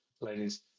ladies